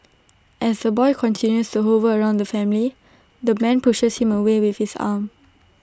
as the boy continues hover around the family the man pushes him away with his arm